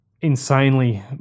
insanely